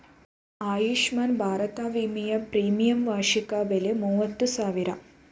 ಆಸ್ಮಾನ್ ಭಾರತ ವಿಮೆಯ ಪ್ರೀಮಿಯಂ ವಾರ್ಷಿಕ ಬೆಲೆ ಮೂವತ್ತು ರೂಪಾಯಿ